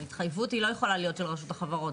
ההתחייבות לא יכולה להיות של רשות החברות.